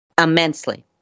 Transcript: immensely